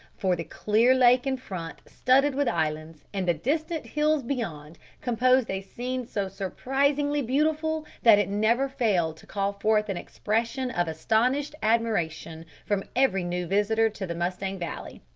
for the clear lake in front, studded with islands, and the distant hills beyond, composed a scene so surprisingly beautiful that it never failed to call forth an expression of astonished admiration from every new visitor to the mustang valley.